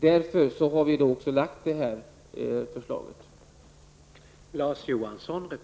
Därför har vi avgivit det särskilda yttrandet.